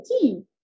team